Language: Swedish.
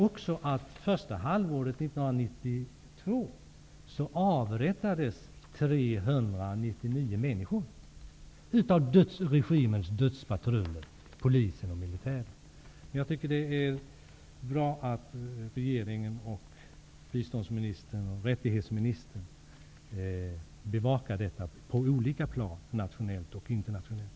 Första halvåret 1992 avrättades 399 människor av regimens dödspatruller, av polisen och av militären. Jag tycker att det är bra att regeringen och biståndsoch rättighetsministern bevakar detta på olika plan nationellt och internationellt.